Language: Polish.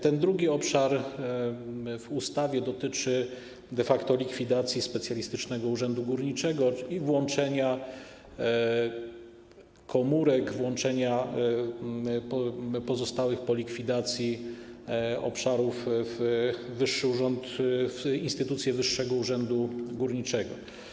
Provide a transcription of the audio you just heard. Ten drugi obszar ustawy dotyczy de facto likwidacji Specjalistycznego Urzędu Górniczego i włączenia jego komórek, włączenia pozostałych po likwidacji obszarów w instytucje Wyższego Urzędu Górniczego.